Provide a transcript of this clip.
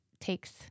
takes